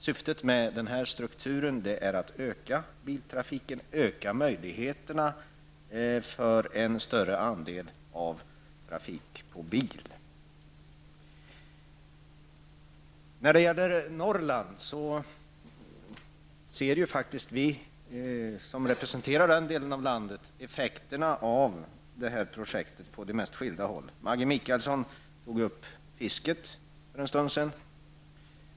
Syftet med denna struktur är att öka biltrafiken, att öka möjligheterna för en större andel transporter med bil. När det gäller Norrland ser vi som representerar den delen av landet effekterna av det här projektet från de mest skilda håll. Maggi Mikaelsson talade för en stund sedan om fisket.